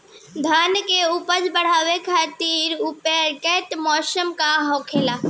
धान के उपज बढ़ावे खातिर उपयुक्त मौसम का होला?